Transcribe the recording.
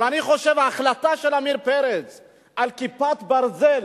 אבל אני חושב שההחלטה של עמיר פרץ על "כיפת ברזל"